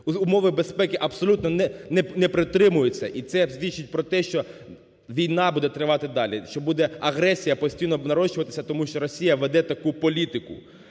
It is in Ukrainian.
Умови безпеки абсолютно не притримуються і це свідчить про те, що війна буде тривати далі, що буде агресія постійно нарощуватися, тому що Росія веде таку політику.